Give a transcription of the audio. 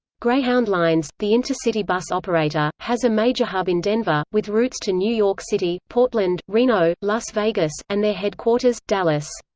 greyhound lines, the intercity bus operator, has a major hub in denver, with routes to new york city, portland, reno, las vegas, and their headquarters, dallas.